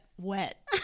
wet